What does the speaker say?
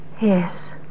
Yes